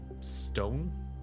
stone